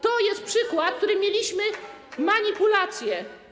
To jest przykład, który mieliśmy, manipulacji.